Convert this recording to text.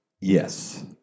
Yes